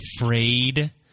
afraid